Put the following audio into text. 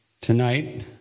Tonight